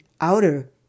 outer